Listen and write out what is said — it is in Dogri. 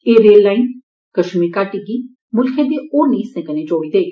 एह् रेल लाईन कश्मीर घाटी गी मुल्खै दे होरनें हिस्से कन्नै जोड़ी देग